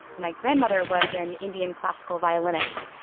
my grandmother was an indian classical violinist.